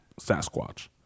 Sasquatch